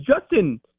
Justin